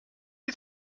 est